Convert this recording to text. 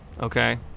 okay